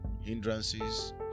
hindrances